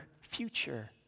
future